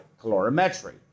calorimetry